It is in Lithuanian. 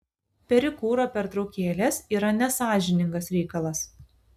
perikūro pertraukėlės yra nesąžiningas reikalas